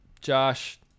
Josh